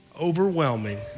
overwhelming